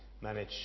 manage